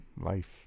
life